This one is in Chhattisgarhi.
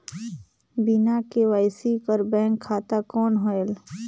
बिना के.वाई.सी कर बैंक खाता कौन होएल?